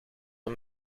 een